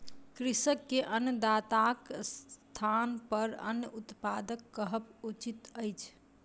कृषक के अन्नदाताक स्थानपर अन्न उत्पादक कहब उचित अछि